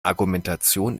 argumentation